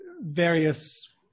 various